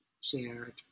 shared